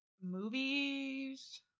movies